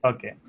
Okay